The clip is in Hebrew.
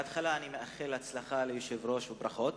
בהתחלה אני מאחל הצלחה ליושב-ראש וברכות